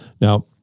Now